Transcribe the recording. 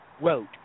wrote